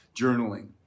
journaling